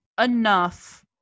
enough